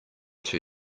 two